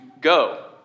go